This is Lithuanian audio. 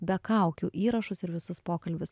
be kaukių įrašus ir visus pokalbius